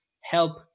help